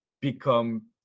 become